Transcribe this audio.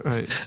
Right